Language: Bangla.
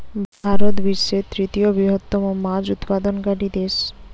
ভারত বিশ্বের তৃতীয় বৃহত্তম মাছ উৎপাদনকারী দেশ